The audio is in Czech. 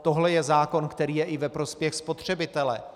Tohle je zákon, který je i ve prospěch spotřebitele.